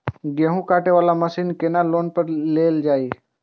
गेहूँ काटे वाला मशीन केना लोन पर लेल जाय?